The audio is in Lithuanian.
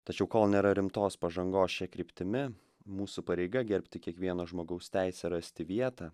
tačiau kol nėra rimtos pažangos šia kryptimi mūsų pareiga gerbti kiekvieno žmogaus teisę rasti vietą